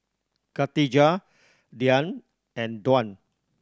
Khatijah Dian and Tuah